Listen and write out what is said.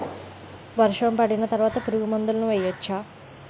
వర్షం పడిన తర్వాత పురుగు మందులను వేయచ్చా?